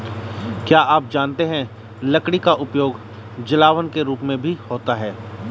क्या आप जानते है लकड़ी का उपयोग जलावन के रूप में भी होता है?